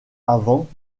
avant